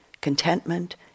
contentment